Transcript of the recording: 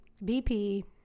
BP